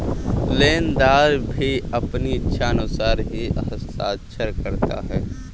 लेनदार भी अपनी इच्छानुसार ही हस्ताक्षर करता है